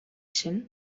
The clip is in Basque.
zen